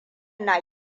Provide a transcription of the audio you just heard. na